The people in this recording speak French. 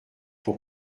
pour